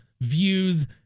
views